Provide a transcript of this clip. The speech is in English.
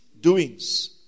doings